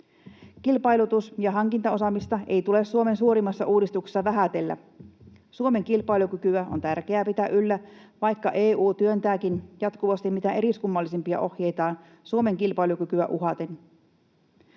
Kilpailutus‑ ja hankintaosaamista ei tule Suomen suurimmassa uudistuksessa vähätellä. Suomen kilpailukykyä on tärkeää pitää yllä, vaikka EU työntääkin jatkuvasti mitä eriskummallisimpia ohjeitaan Suomen kilpailukykyä uhaten.